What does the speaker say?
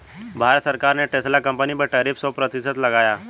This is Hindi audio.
भारत सरकार ने टेस्ला कंपनी पर टैरिफ सो प्रतिशत लगाया